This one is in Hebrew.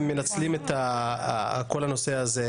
הם מנצלים את כל הנושא הזה,